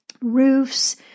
roofs